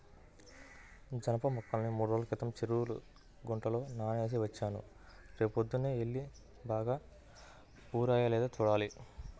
జనప మొక్కల్ని మూడ్రోజుల క్రితం చెరువు గుంటలో నానేసి వచ్చాను, రేపొద్దన్నే యెల్లి బాగా ఊరాయో లేదో చూడాలి